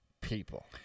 people